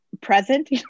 present